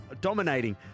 dominating